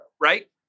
Right